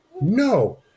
No